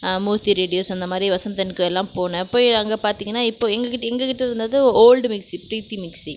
மூர்த்தி radios அந்தமாதிரி Vasanth and co எல்லாம் போனேன் போய் அங்கே பார்த்திங்கனா இப்போ எங்கள்கிட்ட எங்கள்கிட்ட இருந்தது ஓல்டு மிக்ஸி பிரீத்தி மிக்ஸி